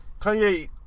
Kanye